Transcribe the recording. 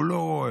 והוא לא רואה,